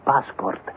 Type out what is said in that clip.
passport